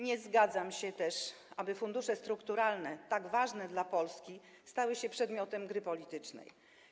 Nie zgadzam się też na to, aby fundusze strukturalne, tak ważne dla Polski, stały się przedmiotem gry politycznej.